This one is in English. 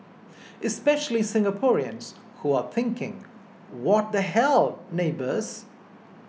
especially Singaporeans who are thinking what the hell neighbours